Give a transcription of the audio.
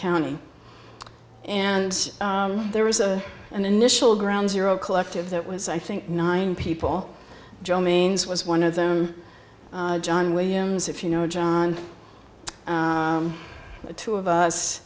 county and there was a an initial ground zero collective that was i think nine people joe means was one of them john williams if you know john the two of us